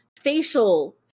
facial